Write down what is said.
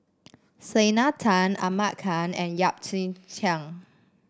Selena Tan Ahmad Khan and Yap Ee Chian